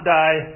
die